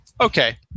Okay